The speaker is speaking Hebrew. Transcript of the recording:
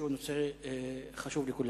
שהוא נושא חשוב לכולנו?